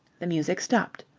the music stopped.